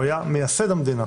הוא היה מייסד המדינה.